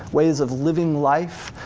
ways of living life,